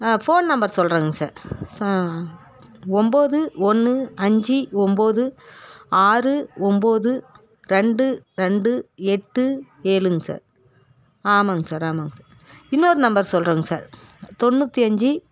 phone number சொல்கிறேங் sir சொ ஒம்பது ஒன்று அஞ்சு ஒம்பது ஆறு ஒம்பது ரெண்டு ரெண்டு எட்டு ஏழுங் சார் ஆமாங் சார் ஆமாங் சார் இன்னொரு நம்பர் சொல்கிறேங் சார் தொண்ணூற்றி அஞ்சு